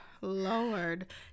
lord